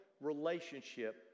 relationship